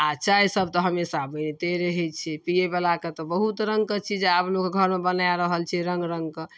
आओर चाइसब तऽ हमेशा बनिते रहै छै पिएवलाके तऽ बहुत रङ्गके चीज आब लोक घरमे बना रहल छै रङ्ग रङ्गके